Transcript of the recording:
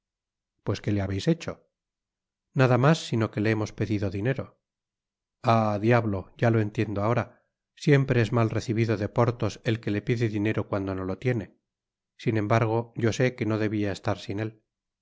pues que le habeis hecho nada mas sino que le hemos pedido dinero ah diablo ya lo entiendo ahora siempre es mal recibido de porthos el que le pide dinero cuando no lo tiene sin embargo yo sé que no debia estar sin él